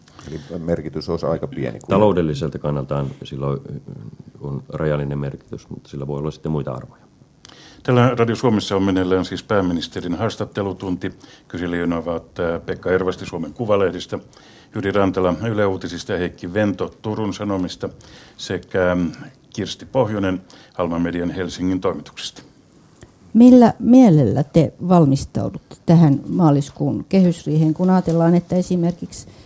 Eli merkitys olisi aika pieni kui- Taloudelliselta kannaltaan sillä on, ö, on rajallinen merkitys, mutta sillä voi olla sitten muita arvoja. Tällä Radio Suomessa on meneillään siis pääministerin haastattelutunti. Kyselijöinä ovat, ää, Pekka Ervasti Suomen Kuvalehdistä, Jyri Rantala Yle Uutisista ja Heikki Vento Turun Sanomista sekä, mm, Kirsti Pohjonen Alman Median Helsingin toimituksesta. Millä mielellä te valmistaudutte tähän maaliskuun kehysriiheen, kun ajatellaan, että esimerkiksi